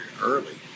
early